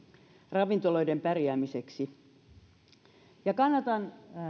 ravintoloiden pärjäämiseksi kannatan